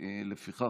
לפיכך,